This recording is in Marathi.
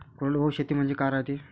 कोरडवाहू शेती म्हनजे का रायते?